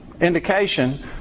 indication